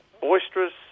boisterous